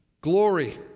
Glory